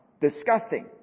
Disgusting